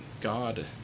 God